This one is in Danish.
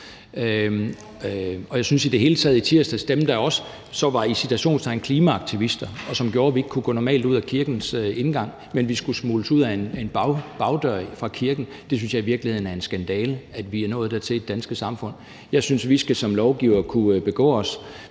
i tirsdags, at det også var en skandale med dem, der – i citationstegn – var klimaaktivister, og som gjorde, at vi ikke som normalt kunne gå ud af kirkens indgang, men skulle smugles ud af en bagdør i kirken. Jeg synes i virkeligheden, det er en skandale, at vi er nået dertil i det danske samfund. Jeg synes, at vi som lovgivere skal kunne begå os.